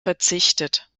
verzichtet